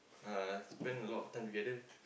uh spend a lot of time together